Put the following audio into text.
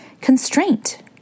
Constraint